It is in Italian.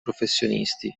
professionisti